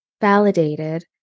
validated